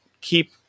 keep